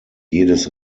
jedes